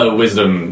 wisdom